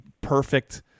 perfect